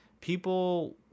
people